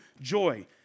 joy